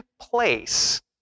place